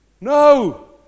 No